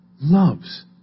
loves